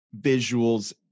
visuals